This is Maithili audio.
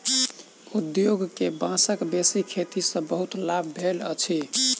उद्योग के बांसक बेसी खेती सॅ बहुत लाभ भेल अछि